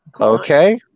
Okay